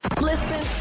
Listen